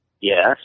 yes